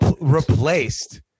replaced